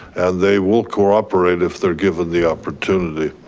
and they will cooperate if they're given the opportunity.